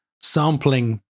sampling